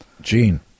Gene